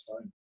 time